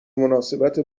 مناسبت